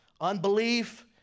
unbelief